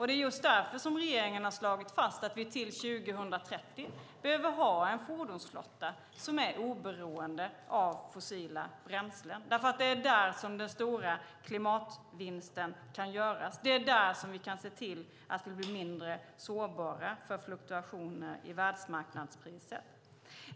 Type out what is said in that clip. Det är just därför som regeringen har slagit fast att vi till 2030 behöver ha en fordonsflotta som är oberoende av fossila bränslen, därför att det är där som den stora klimatvinsten kan göras. Det är där som vi kan se till att vi blir mindre sårbara för fluktuationer i världsmarknadspriset.